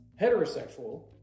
heterosexual